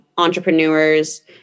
entrepreneurs